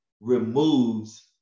removes